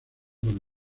con